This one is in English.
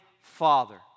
father